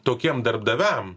tokiem darbdaviam